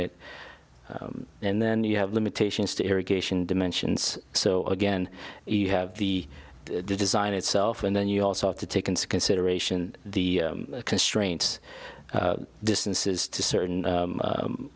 it and then you have limitations to irrigation dimensions so again you have the design itself and then you also have to take into consideration the constraints distances to certain